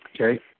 Okay